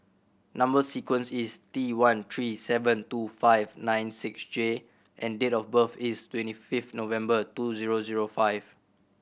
number sequence is T one three seven two five nine six J and date of birth is twenty fifth November two zero zero five